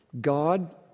God